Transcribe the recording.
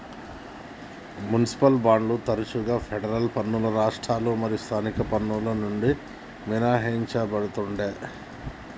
municipal బాండ్లు తరచుగా federal పన్నులు రాష్ట్ర మరియు స్థానిక పన్నుల నుండి మినహాయించబడతుండే